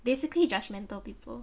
basically judgmental people